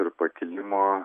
ir pakilimo